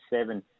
seven